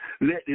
let